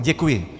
Děkuji.